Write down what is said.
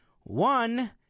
One